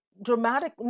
dramatic